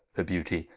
her beauty,